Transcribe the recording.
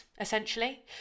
essentially